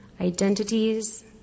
identities